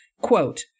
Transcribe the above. Quote